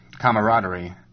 camaraderie